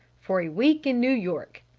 for a week in new york,